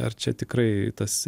ar čia tikrai tas